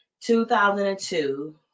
2002